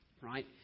right